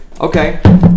Okay